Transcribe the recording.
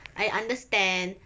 I understand